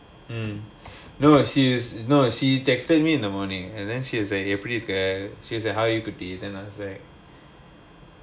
mm no she's no she texted me in the morning and then she's like எப்டிருக்க:epdirukka she's like how are you today then I was like